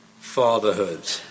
fatherhood